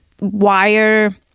wire